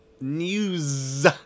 News